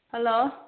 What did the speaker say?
hello